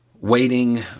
waiting